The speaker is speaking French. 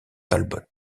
talbot